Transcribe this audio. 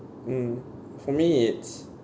mm for me it's